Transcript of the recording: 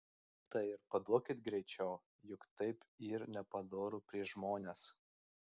tai ir paduokit greičiau juk taip yr nepadoru prieš žmones